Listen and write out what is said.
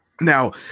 Now